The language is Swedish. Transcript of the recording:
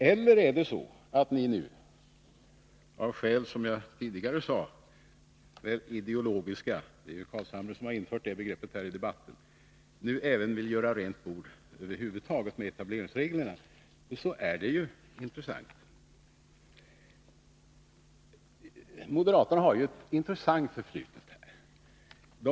Eller vill ni nu av ideologiska skäl — det är Nils Carlshamre som har infört det uttrycket i denna debatt — göra rent bord även med etableringsreglerna över huvud taget? Moderaterna har ett intressant förflutet i detta sammanhang.